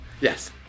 Yes